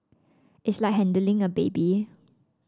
it's like handling a baby